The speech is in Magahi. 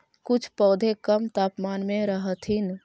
कुछ पौधे कम तापमान में रहथिन